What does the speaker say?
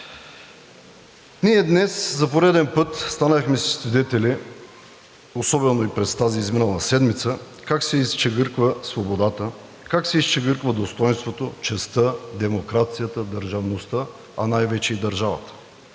Ние днес за пореден път станахме свидетели, особено и през тази изминала седмица, как се изчегъртва свободата, как се изчегъртват достойнството, честта, демокрацията, държавността, а най-вече и държавата.